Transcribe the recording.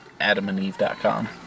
AdamandEve.com